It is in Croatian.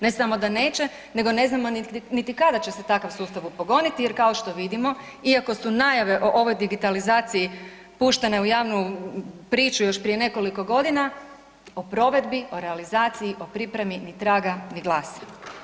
Ne samo da neće nego ne znamo niti kada će se takav sustav upogoniti jer kao što vidimo iako su najave o ovoj digitalizaciji puštene u javnu priču još prije nekoliko godina o provedbi, o realizaciji, o pripremi ni traga ni glasa.